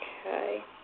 Okay